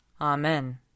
Amen